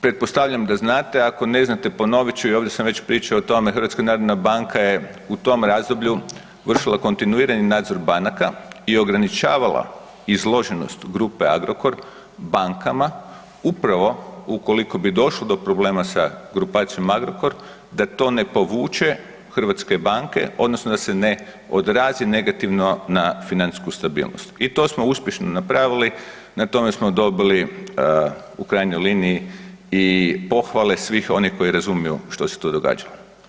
Pretpostavljam da znate, ako ne znate, ponovit ću i ovdje sam već pričao o tome, HNB je u tom razdoblju vršila kontinuirani nadzor banaka i ograničavala izloženost grupe Agrokor bankama upravo ukoliko bi došlo do problema sa grupacijom Agrokor da to ne povuče hrvatske banke, odnosno da se ne odrazi negativno na financijsku stabilnost i to smo uspješno napravili, na tome smo dobili u krajnjoj liniji i pohvale svih onih koji razumiju što se to događalo.